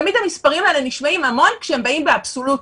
תמיד המספרים האלה נשמעים המון כשהם באים באבסולוטית,